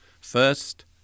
First